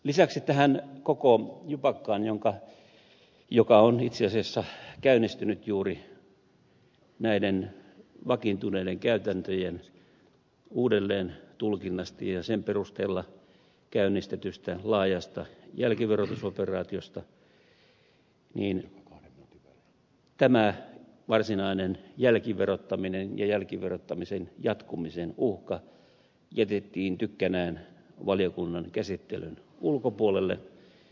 lisäksi tässä koko jupakassa joka on itse asiassa käynnistynyt juuri näiden vakiintuneiden käytäntöjen uudelleentulkinnasta ja sen perusteella käynnistetystä laajasta jälkiverotusoperaatiosta tämä varsinainen jälkiverottaminen ja jälkiverottamisen jatkumisen uhka jätettiin tykkänään valiokunnan käsittelyn ulkopuolelle